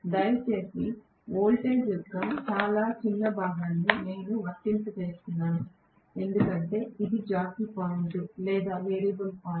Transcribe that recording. దయచేసి వోల్టేజ్ యొక్క చాలా చిన్న భాగాన్ని నేను వర్తింపజేస్తున్నాను ఎందుకంటే ఇది జాకీ పాయింట్ లేదా వేరియబుల్ పాయింట్